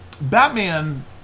Batman